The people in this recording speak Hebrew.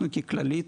אנחנו ככללית,